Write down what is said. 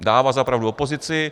Dává za pravdu opozici.